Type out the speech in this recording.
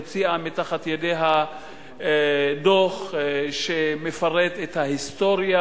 הוציאה מתחת ידיה דוח שמפרט את ההיסטוריה,